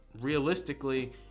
realistically